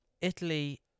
Italy